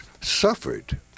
suffered